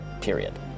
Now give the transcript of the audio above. period